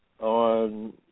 on